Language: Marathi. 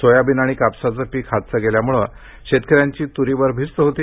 सोयाबीन आणि कापसाचं पीक हातचं गेल्यामुळे शेतकऱ्यांची त्रीवर भिस्त होती